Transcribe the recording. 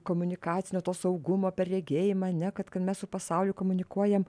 komunikacinio saugumo per regėjimą ane kad kad mes su pasauliu komunikuojam